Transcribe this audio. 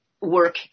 work